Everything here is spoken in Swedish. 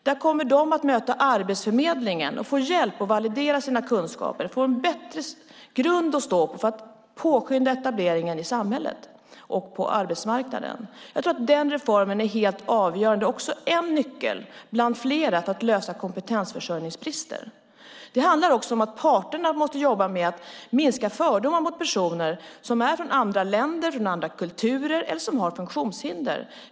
Dessa personer kommer att möta Arbetsförmedlingen och få hjälp att validera sina kunskaper och få en bättre grund att stå på för att påskynda etableringen i samhället och på arbetsmarknaden. Jag tror att den reformen är helt avgörande och också en nyckel bland flera till att lösa kompetensförsörjningsbristen. Det handlar också om att parterna måste jobba med att minska fördomar mot personer som är från andra länder och kulturer eller som har funktionshinder.